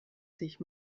sich